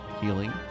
Healing